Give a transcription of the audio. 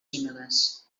sínodes